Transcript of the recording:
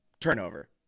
turnover